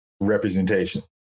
representation